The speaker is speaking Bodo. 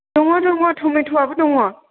दङ दङ टमेट'आबो दङ